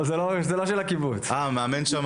כי אני לא שמעתי שאומרים